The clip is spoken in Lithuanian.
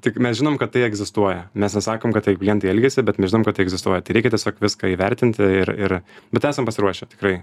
tik mes žinom kad tai egzistuoja mes nesakom kad taip klientai elgiasi bet mes žinom kad egzistuoja tai reikia tiesiog viską įvertinti ir ir bet esam pasiruošę tikrai